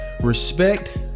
respect